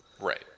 Right